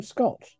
Scott